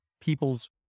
people's